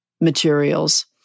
materials